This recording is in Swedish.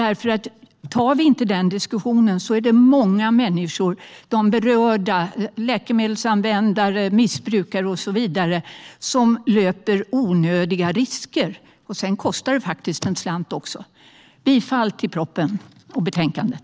Om vi inte tar diskussionen kommer många människor, läkemedelsanvändare och missbrukare och så vidare, att löpa onödiga risker. Det kostar faktiskt en slant också. Jag yrkar bifall till förslaget i propositionen och betänkandet.